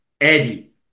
Eddie